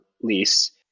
lease